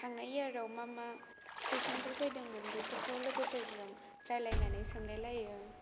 थांनाय इयाराव मा मा कुइसनफोर फैदोंमोन बेफोरखौ लोगोफोरजों रायज्लायनानै सोंलाय लायो